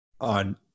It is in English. on